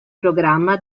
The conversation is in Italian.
programma